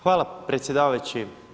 Hvala predsjedavajući.